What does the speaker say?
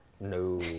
No